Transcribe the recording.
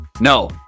No